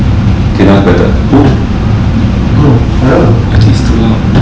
oh !wow! oh why